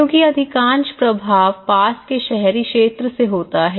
क्योंकि अधिकांश प्रभाव पास के शहरी क्षेत्रों से होता है